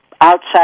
Outside